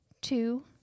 two